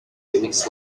unix